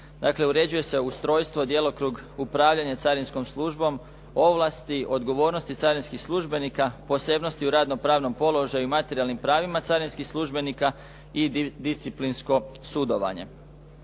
uređuje se ustrojstvo, djelokrug, upravljanje carinskom službom, ovlasti, odgovornosti carinskih službenika, posebnosti u radno-pravnom položaju i materijalnim pravima carinskih službenika i disciplinsko sudovanje.